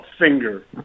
finger